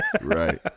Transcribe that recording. Right